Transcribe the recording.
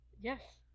Yes